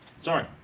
sorry